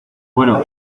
bueno